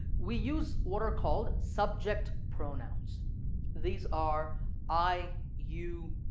we use what are called subject pronouns these are i, you,